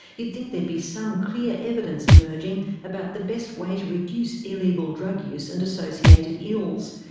you'd think there'd be some clear evidence emerging about the best way to reduce illegal drug use and associated ills,